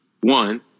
one